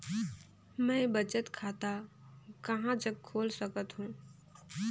मैं बचत खाता कहां जग खोल सकत हों?